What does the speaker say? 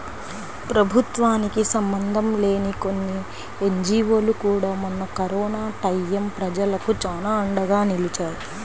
ప్రభుత్వానికి సంబంధం లేని కొన్ని ఎన్జీవోలు కూడా మొన్న కరోనా టైయ్యం ప్రజలకు చానా అండగా నిలిచాయి